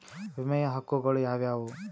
ವಿಮೆಯ ಹಕ್ಕುಗಳು ಯಾವ್ಯಾವು?